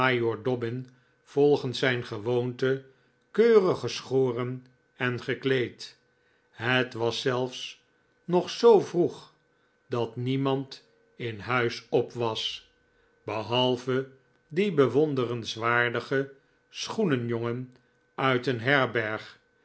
volgens zijn gewoonte keurig geschoren en gekleed het was zelfs nog zoo vroeg dat niemand in huis op was behalve die bewonderenswaardige schoenenjongen uit een herberg